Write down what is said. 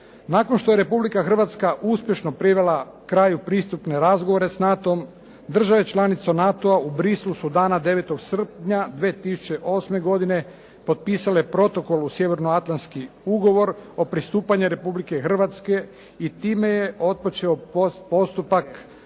Nakon što je Republika Hrvatska uspješno privela kraju pristupne razgovore sa NATO-om, države članice NATO-a u Bruxellesu su dana 9. srpnja 2008. popisale protokol Sjevernoatlanski ugovor o pristupanju Republike Hrvatske i time je otpočeo postupak ratifikacije